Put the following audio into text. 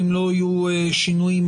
אם לא יהיו שינויים,